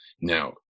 now